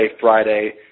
Friday